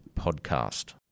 podcast